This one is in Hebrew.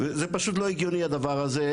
זה פשוט לא הגיוני הדבר הזה,